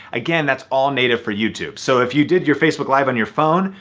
again, that's all native for youtube. so if you did your facebook live on your phone,